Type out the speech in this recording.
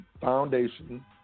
foundation